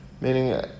meaning